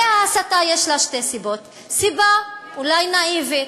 הרי ההסתה, יש לה שתי סיבות: סיבה אולי נאיבית,